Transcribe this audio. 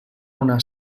una